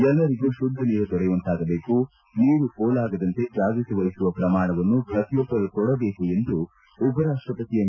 ಎಲ್ಲರಿಗೂ ಶುದ್ಧ ನೀರು ದೊರೆಯುವಂತಾಗಬೇಕು ನೀರು ಪೋಲಾಗದಂತೆ ಜಾಗೃತಿ ವಹಿಸುವ ಪ್ರಮಾಣವನ್ನು ಪ್ರತಿಯೊಬ್ಬರೂ ತೊಡಬೇಕು ಎಂದು ಉಪರಾಷ್ಟಪತಿ ಎಂ